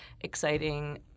exciting